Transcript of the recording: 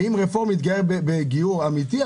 ואם רפורמי התגייר בגיור אמיתי,